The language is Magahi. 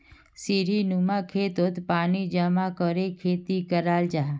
सीढ़ीनुमा खेतोत पानी जमा करे खेती कराल जाहा